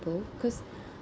cause